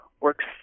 works